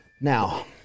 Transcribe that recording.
Now